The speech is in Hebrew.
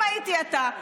אם הייתי אתה.